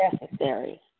necessary